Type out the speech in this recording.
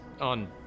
on